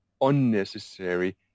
unnecessary